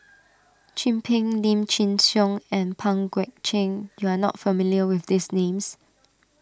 Chin Peng Lim Chin Siong and Pang Guek Cheng you are not familiar with these names